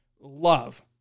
love